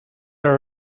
are